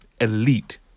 elite